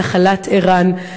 נחלת ערן".